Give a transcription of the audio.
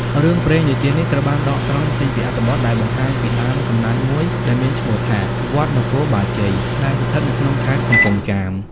រឿងព្រេងនិទាននេះត្រូវបានដកស្រង់ចេញពីអត្ថបទដែលបង្ហាញពីដើមកំណើតមួយដែលមានឈ្មោះថា វត្តនគរបាជ័យ ដែលស្ថិតនៅក្នុងខេត្តកំពង់ចាម ។